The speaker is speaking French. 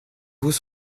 vous